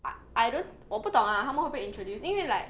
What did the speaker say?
I I don't 我不懂 ah 他们会不会 introduce 因为 like